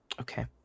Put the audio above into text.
Okay